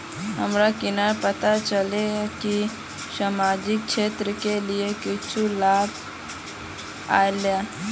हमरा केना पता चलते की सामाजिक क्षेत्र के लिए कुछ लाभ आयले?